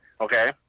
okay